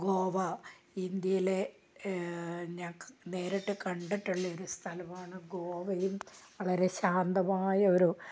ഗോവ ഇന്ത്യയിലെ ഞാൻ നേരിട്ട് കണ്ടിട്ടുള്ള ഒരു സ്ഥലമാണ് ഗോവയും വളരെ ശാന്തമായ ഒരു